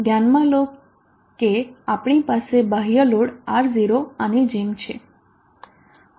ધ્યાનમાં લો કે આપણી પાસે બાહ્ય લોડ R0 આની જેમ છે